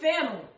family